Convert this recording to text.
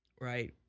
right